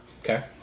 Okay